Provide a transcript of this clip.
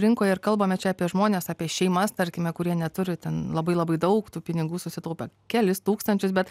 rinkoje ir kalbame čia apie žmones apie šeimas tarkime kurie neturi ten labai labai daug tų pinigų susitaupę kelis tūkstančius bet